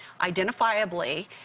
identifiably